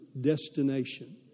destination